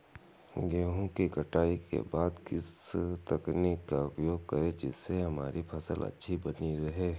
गेहूँ की कटाई के बाद किस तकनीक का उपयोग करें जिससे हमारी फसल अच्छी बनी रहे?